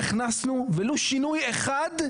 הכנסנו ולו שינוי אחד,